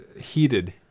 heated